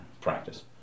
practice